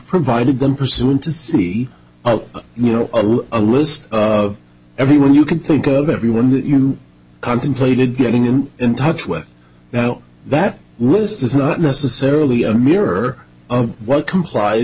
provided them pursuing to see you know a list of everyone you can think of everyone that you contemplated getting in touch with that list is not necessarily a mirror of what complie